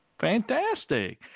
Fantastic